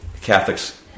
Catholics